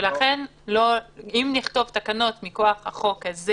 ולכן אם נכתוב תקנות מכוח החוק הזה